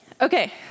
Okay